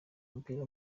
mupira